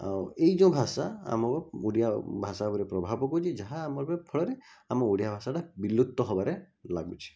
ଆଉ ଏଇ ଯେଉଁ ଭାଷା ଆମ ଓଡ଼ିଆ ଭାଷା ଉପରେ ପ୍ରଭାବ ପକାଉଛି ଯାହା ଆମ ଫଳରେ ଆମ ଓଡ଼ିଆ ଭାଷାଟା ବିଲୁପ୍ତ ହେବାରେ ଲାଗୁଛି